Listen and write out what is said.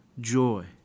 joy